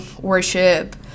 worship